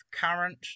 current